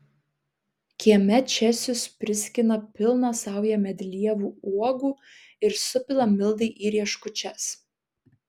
kieme česius priskina pilną saują medlievų uogų ir supila mildai į rieškučias